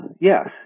yes